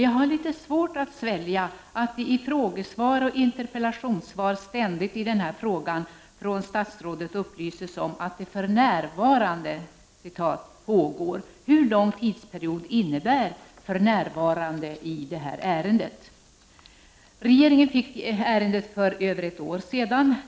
Jag har litet svårt att svälja att statsrådet i frågesvar och interpellationssvar ständigt i denna fråga upplyser om att det ”för närvarande” pågår beredning. Hur lång tidsperiod innebär ”för närvarande” i detta ärende? Regeringen fick ärendet för över ett år sedan.